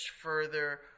further